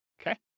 Okay